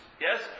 Yes